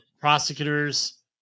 prosecutors